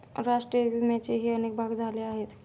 राष्ट्रीय विम्याचेही अनेक भाग झाले आहेत